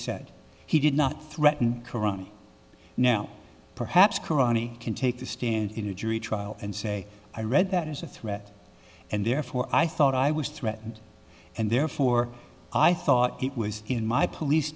said he did not threaten karami now perhaps karami can take the stand in a jury trial and say i read that as a threat and therefore i thought i was threatened and therefore i thought it was in my police